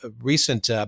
recent